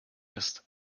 ist